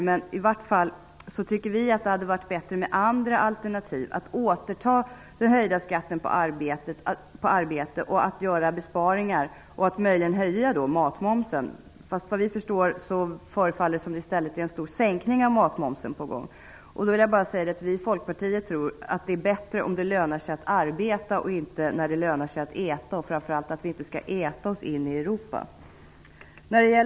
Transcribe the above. Vi menar i vart fall att det hade varit bättre med andra alternativ, att återta den höjda skatten på arbete, att göra besparingar och att möjligen höja matmomsen. Men efter vad vi förstår är det snarare aktuellt med en stor sänkning av matmomsen. Vi i Folkpartiet tror att det är bättre om det lönar sig att arbeta än om det lönar sig att äta. Framför allt menar vi att vi inte skall äta oss in i Europa.